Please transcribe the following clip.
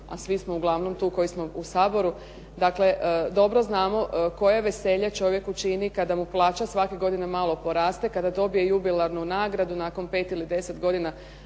a svi smo uglavnom tu koji smo u Saboru, dakle dobro znamo koje veselje čovjeku čini kada mu plaća svake godine malo poraste, kada dobije jubilarnu nagradu nakon 5 ili 10 godina